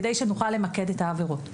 כדי שנוכל למקד את העבירות.